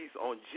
on